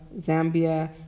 Zambia